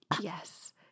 Yes